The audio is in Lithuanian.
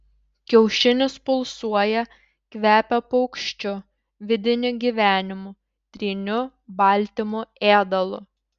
kiaušinis pulsuoja kvepia paukščiu vidiniu gyvenimu tryniu baltymu ėdalu